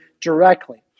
directly